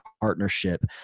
partnership